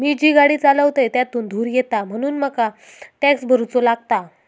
मी जी गाडी चालवतय त्यातुन धुर येता म्हणून मका टॅक्स भरुचो लागता